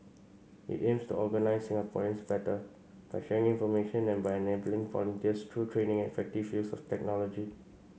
it aims to organise Singaporeans better by sharing information and by enabling volunteers through training and effective use of technology